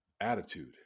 Attitude